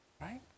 right